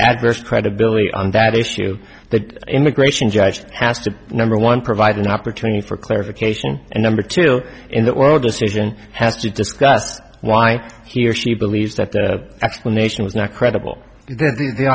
adverse credibility on that issue that immigration judge has to number one provide an opportunity for clarification and number two in the world decision has to discuss why he or she believes that the explanation was not credible the